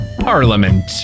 Parliament